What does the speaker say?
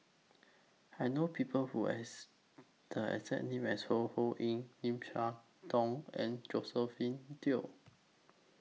I know People Who has The exact name as Ho Ho Ying Lim Siah Tong and Josephine Teo